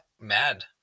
mad